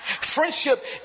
Friendship